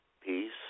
peace